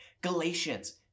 Galatians